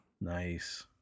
Nice